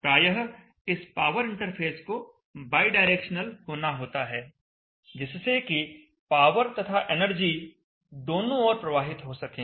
प्रायः इस power interface को बायडायरेक्शनल होना होता है जिससे कि पावर तथा एनर्जी दोनों ओर प्रवाहित हो सकें